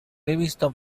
livingston